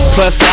Plus